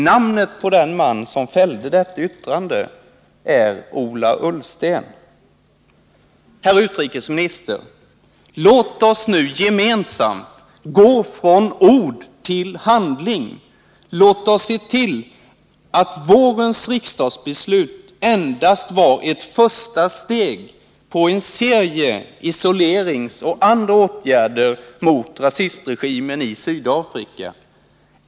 Namnet på den man som fällde detta yttrande är Ola Ullsten. Herr utrikesminister! Låt oss nu gemensamt gå från ord till handling! Låt oss se till att förra vårens riksdagsbeslut endast var ett första steg när det gäller att vidta en serie isoleringsåtgärder och andra åtgärder mot rasistregimen i Sydafrika!